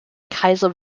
kaiser